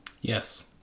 Yes